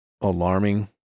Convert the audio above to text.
alarming